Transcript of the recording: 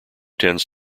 tends